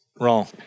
Wrong